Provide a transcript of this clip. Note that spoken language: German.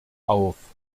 auf